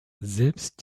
selbst